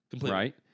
Right